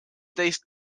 teist